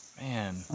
Man